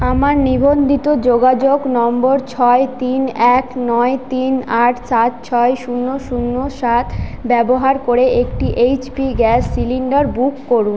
আমার নিবন্ধিত যোগাযোগ নম্বর ছয় তিন এক নয় তিন আট সাত ছয় শূন্য শূন্য সাত ব্যবহার করে একটি এইচপি গ্যাস সিলিন্ডার বুক করুন